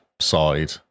side